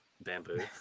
Bamboo